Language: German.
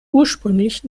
ursprünglich